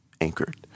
anchored